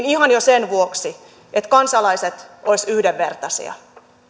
ihan jo sen vuoksi että kansalaiset olisivat yhdenvertaisia